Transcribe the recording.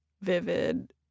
vivid